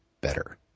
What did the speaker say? better